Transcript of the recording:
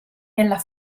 nella